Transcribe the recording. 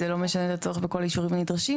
זה לא משנה את הצורך בכל האישורים הנדרשים,